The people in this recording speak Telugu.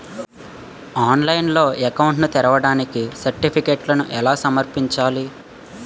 ఆన్లైన్లో అకౌంట్ ని తెరవడానికి సర్టిఫికెట్లను ఎలా సమర్పించాలి?